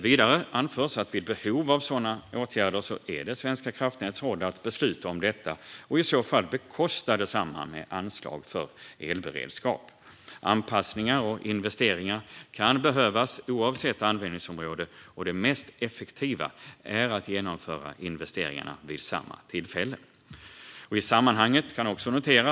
Vidare anförs att vid behov av sådana åtgärder är det Svenska kraftnäts roll att besluta om detta och i så fall bekosta detsamma med anslag för elberedskap. Anpassningar och investeringar kan behövas oavsett användningsområde, och det mest effektiva är att genomföra investeringarna vid samma tillfälle. Gransknings-betänkandeRegeringens ansvar för förvaltningen m.m.